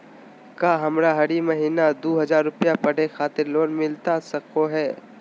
का हमरा हरी महीना दू हज़ार रुपया पढ़े खातिर लोन मिलता सको है?